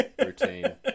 routine